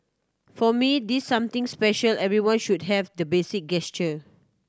for me this something special everyone should have the basic gesture